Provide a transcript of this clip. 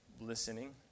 listening